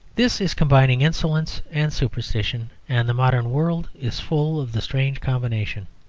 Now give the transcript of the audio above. this is combining insolence and superstition and the modern world is full of the strange combination.